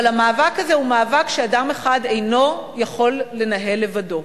אבל המאבק הזה הוא מאבק שאדם אחד אינו יכול לנהל לבדו,